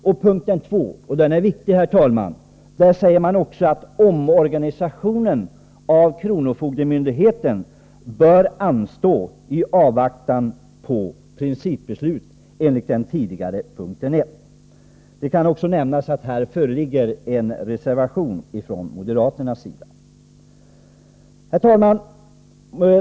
I punkt 2 — det är viktigt, herr talman — sägs att omorganisationen av kronofogdemyndigheten bör anstå i avvaktan på principbeslut enligt punkt 1. Det kan också nämnas att här föreligger en reservation från moderaterna. Herr talman!